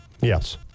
Yes